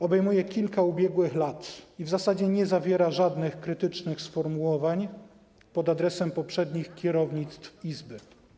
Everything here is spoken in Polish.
Obejmuje on kilka ubiegłych lat i w zasadzie nie zawiera żadnych krytycznych sformułowań pod adresem poprzednich kierownictw Izby.